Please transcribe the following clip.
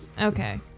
Okay